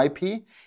IP